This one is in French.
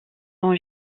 sont